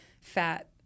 fat